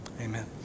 Amen